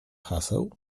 haseł